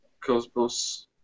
Cosmos